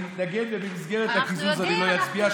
אני מתנגד ובמסגרת הקיזוז אני לא אצביע,